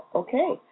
okay